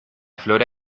flora